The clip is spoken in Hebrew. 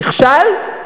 נכשל.